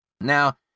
Now